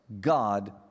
God